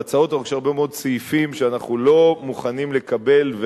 בהצעות החוק יש הרבה מאוד סעיפים שאנחנו לא מוכנים לקבל,